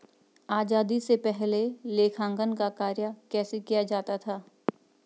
आजादी से पहले लेखांकन का कार्य कैसे किया जाता था?